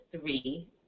three